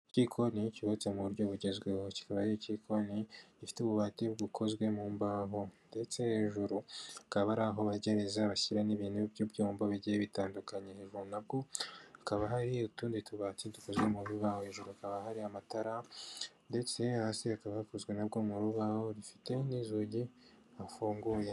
Ikikoni cyubatse mu buryo bugezweho, kikaba ari ikikoni gifite ububati bukozwe mu mbabo, ndetse hejuru hakaba ari aho bogereza bashyira n'ibintu by'ibyombo bigiye bitandukanye. Hejuru na bwo hakaba hari utundi tubati dukozwe mu bibaho, hejuru hakaba hari amatara, ndetse hasi hakaba hakozwe na bwo mu rubaho rufite n'izugi hafunguye.